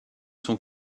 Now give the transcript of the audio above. son